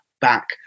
back